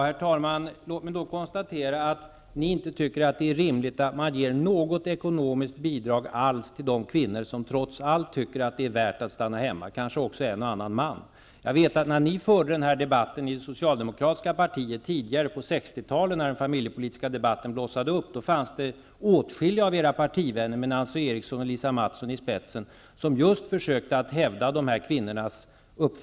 Herr talman! Låt mig konstatera att ni socialdemokrater inte tycker att det är rimligt med något ekonomiskt bidrag alls till de kvinnor som trots allt tycker att det är värt att stanna hemma, kanske också en och annan man. Jag vet åtskilliga av era partivänner, med Nancy Eriksson och Lisa Mattson i spetsen, just försökte hävda de här kvinnornas uppfattning, när ni i det Socialdemokratiska partiet förde den här debatten tidigare på 1960-talet, när den familjepolitiska debatten blossade upp.